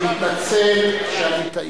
אני מתנצל, טעיתי.